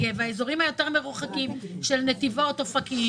התיקון